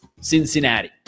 Cincinnati